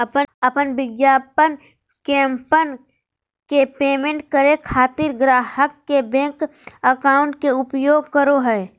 अपन विज्ञापन कैंपेन के पेमेंट करे खातिर ग्राहक के बैंक अकाउंट के उपयोग करो हइ